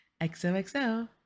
XOXO